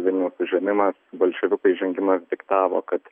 vilniaus užėmimas bolševikų įžengimas diktavo kad